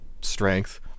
strength